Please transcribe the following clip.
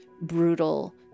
brutal